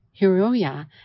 Hiroya